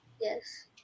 Yes